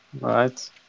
right